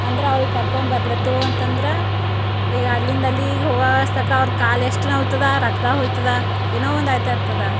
ಅಂದ್ರೆ ಅವ್ರಿಗೆ ಕರ್ಕೊಂಬರಲತ್ತೆವು ಅಂತಂದ್ರೆ ಈಗ ಅಲ್ಲಿಂದ ಅಲ್ಲಿಗೆ ಹೋಗಾ ಅಸ್ತಕ ಅವ್ರ ಕಾಲು ಎಷ್ಟು ನೋವ್ತದ ರಕ್ತ ಹೊಯ್ತದ ಏನೋ ಒಂದು ಆಯ್ತ ಇರ್ತದ